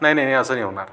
नाही नाही असं नाही होणार